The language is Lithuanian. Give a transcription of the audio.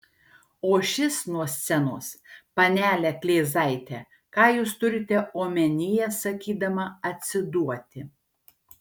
o šis nuo scenos panele kleizaite ką jūs turite omenyje sakydama atsiduoti